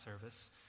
service